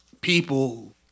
people